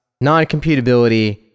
non-computability